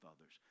others